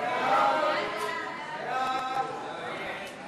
סעיף 52,